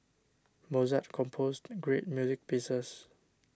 Mozart composed great music pieces